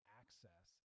access